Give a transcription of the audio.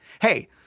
Hey